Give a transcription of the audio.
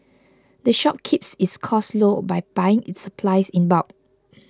the shop keeps its costs low by buying its supplies in bulk